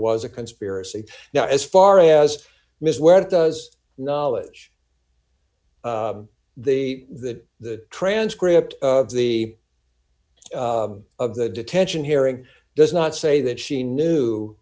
was a conspiracy now as far as ms where does knowledge that the transcript of the of the detention hearing does not say that she knew